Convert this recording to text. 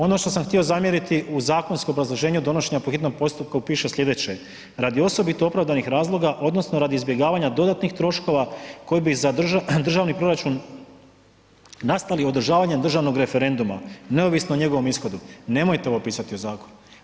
Ono što sam htio zamjeriti u zakonskom obrazloženju donošenja po hitnom postupku piše sljedeće: „Radi osobito opravdanih razloga odnosno radi izbjegavanja dodatnih troškova koji bi za državni proračun nastali održavanjem državnog referenduma neovisno o njegovom ishodu.“, nemojte ovo pisati u zakon.